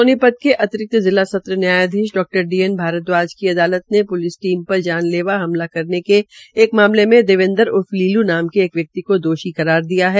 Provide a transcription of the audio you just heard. सोनीपत के अतिरिक्त जिला सत्र न्यायधीश डा डी एकन भारद्वाज की अदालत ने प्लिस पर जानलेवा हमला करने के एक मामले में देवेन्द्र उ र्फ लील् नाम के एक व्यक्ति को दोषी करार दिया है